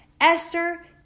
Esther